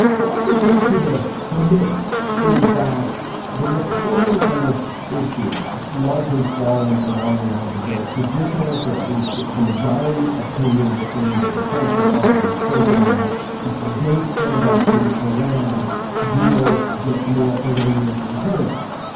but what this gets to do for me is that the reporting on this issue has largely fallen along the lines of there are traditionalists or at least the majority opinion within the defense department thinking that if you don't stand up to iran you will get more iranian incursions.